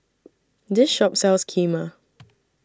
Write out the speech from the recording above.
This Shop sells Kheema